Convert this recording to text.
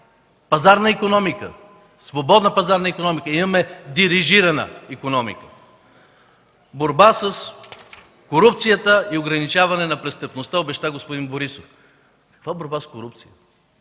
пазарна икономика, свободна пазарна икономика. Имаме дирижирана икономика. Борба с корупцията и ограничаване на престъпността обеща господин Борисов. Каква борба с корупцията?!